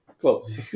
Close